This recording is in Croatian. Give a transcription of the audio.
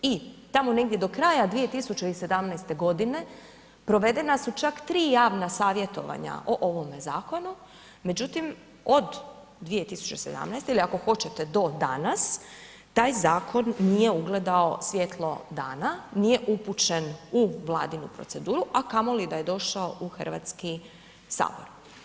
I tamo negdje od kraja 2017. godine provedena su čak 3 javna savjetovanja o ovome zakonu međutim od 2017. ili ako hoćete do danas taj zakon nije ugledao svjetlo dana, nije upućen u Vladinu proceduru a kamoli da je došao u Hrvatski sabor.